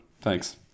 Thanks